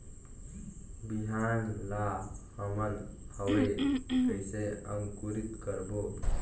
बिहान ला हमन हवे कइसे अंकुरित करबो?